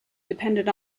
depended